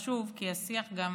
חשוב, כי השיח גם